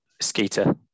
Skeeter